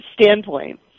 standpoint